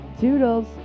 toodles